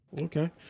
Okay